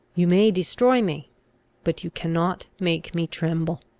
you may destroy me but you cannot make me tremble.